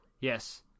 yes